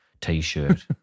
T-shirt